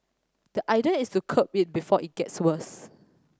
the idea is to curb it before it gets worse